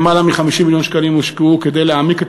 למעלה מ-50 מיליון שקלים הושקעו כדי להעמיק את